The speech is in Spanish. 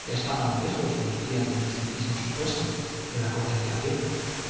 ya estaban lejos los días del misticismo supuesto de la contemplación